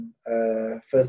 First